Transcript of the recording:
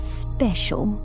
special